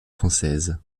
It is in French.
française